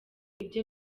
ibye